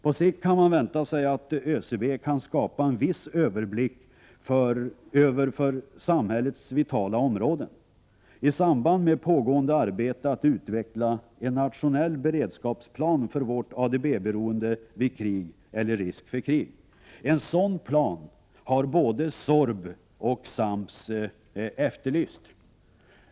På sikt kan man vänta sig att ÖCB kan, i samband med pågående 145 arbete att utveckla en nationell beredskapsplan för vårt ADB-beroende vid krig eller risk för krig; skapa en viss överblick över för samhället vitala områden. En sådan plan har både SÅRB och SAMS efterlyst.